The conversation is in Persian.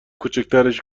کوچیکترش